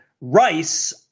rice